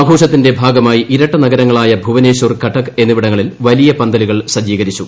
ആഘോഷത്തിന്റെ ഭാഗമായി ഇരട്ട നഗരങ്ങളായ ഭുവനേശ്വരൻ കട്ടക് എന്നിവിടങ്ങളിൽ വലിയ പന്തലുകൾ സജ്ജീകരിച്ചു